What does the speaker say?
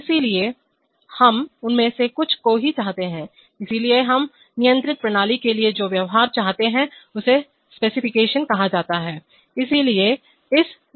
इसलिए हम उनमें से कुछ को ही चाहते हैं इसलिए हम नियंत्रित प्रणाली के लिए जो व्यवहार चाहते हैं उसे स्पेसिफिकेशन कहा जाता है